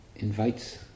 Invites